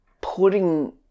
putting